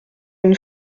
une